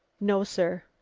no, sir.